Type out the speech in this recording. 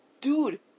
Dude